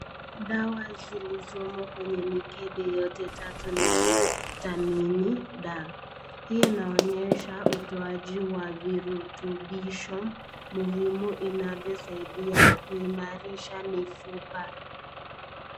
Dawa zilizomo kwenye mikebe yote tatu ni vitamini D.Hii inaonyesha utoaji wa virutubisho muhimu inavyosaidia kuimarisha mifupa.